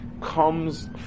comes